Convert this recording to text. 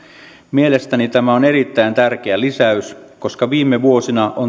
mielestäni tämä on erittäin tärkeä lisäys koska viime vuosina on